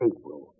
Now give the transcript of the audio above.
April